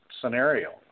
scenario